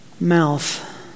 mouth